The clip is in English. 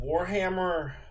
Warhammer